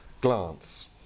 glance